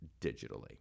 digitally